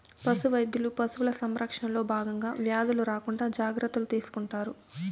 పశు వైద్యులు పశువుల సంరక్షణలో భాగంగా వ్యాధులు రాకుండా జాగ్రత్తలు తీసుకుంటారు